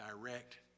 direct